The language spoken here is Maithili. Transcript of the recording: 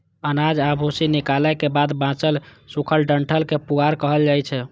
अनाज आ भूसी निकालै के बाद बांचल सूखल डंठल कें पुआर कहल जाइ छै